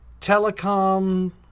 telecom